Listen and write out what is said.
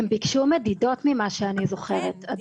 הם ביקשו מדידות, ממה שאני זוכרת.